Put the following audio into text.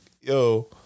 yo